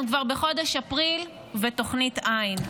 אנחנו כבר בחודש אפריל ותוכנית אין.